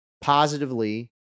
positively